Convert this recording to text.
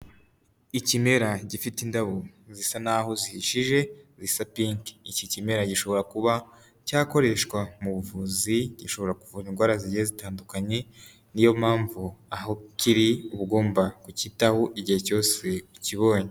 Ikimera gifite indabo zisa n'aho zihishije, zisa pink. Iki kimera gishobora kuba cyakoreshwa mu buvuzi, gishobora kuvura indwara zigiye zitandukanye, niyo mpamvu aho kiri uba ugomba kucyitaho igihe cyose ukibonye.